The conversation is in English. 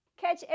Catch